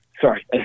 sorry